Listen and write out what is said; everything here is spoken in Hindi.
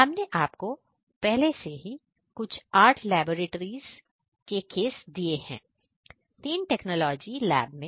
हमने आपको पहले से ही कुछ आर्ट लैबोरेट्रीज है समापन के संदर्भ में